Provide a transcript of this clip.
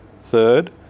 Third